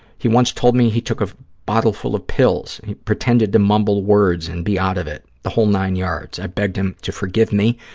he once told me he took a bottleful of pills. he pretended to mumble words and be out of it, the whole nine yards. i begged him to forgive me.